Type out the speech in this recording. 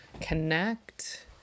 connect